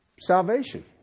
salvation